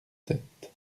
sept